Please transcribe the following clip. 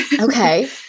Okay